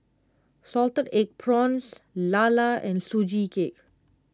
Salted Egg Prawns Lala and Sugee Cake